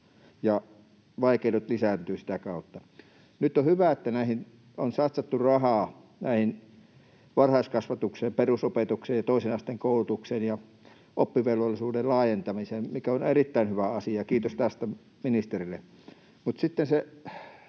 vaikeudet lisääntyvät sitä kautta. On hyvä, että nyt on satsattu rahaa varhaiskasvatukseen, perusopetukseen, toisen asteen koulutukseen ja oppivelvollisuuden laajentamiseen, mikä on erittäin hyvä asia. Kiitos tästä ministerille.